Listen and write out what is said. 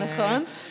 נכון.